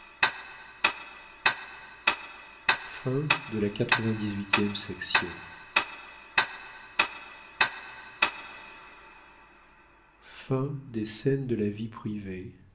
humaine volume ii scènes de la vie privée